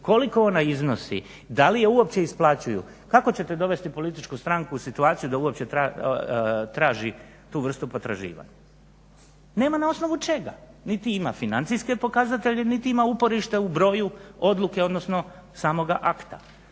koliko ona iznosi, da li je uopće isplaćuju kako ćete dovesti političku stranku u situaciju da uopće traži tu vrstu potraživanja? Nema na osnovu čega. Niti ima financijske pokazatelje, niti ima uporište u broju odluke, odnosno samoga akta.